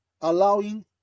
allowing